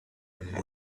and